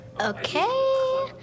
Okay